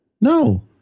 No